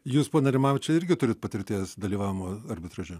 jūs ponia rimaviče irgi turit patirties dalyvavimo arbitraže